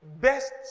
best